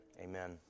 amen